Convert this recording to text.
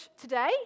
today